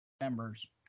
Members